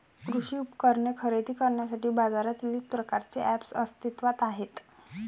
कृषी उपकरणे खरेदी करण्यासाठी बाजारात विविध प्रकारचे ऐप्स अस्तित्त्वात आहेत